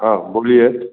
हाँ बोलिए